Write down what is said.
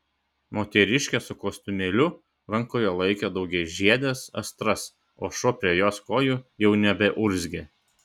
moteriškė su kostiumėliu rankoje laikė daugiažiedes astras o šuo prie jos kojų jau nebeurzgė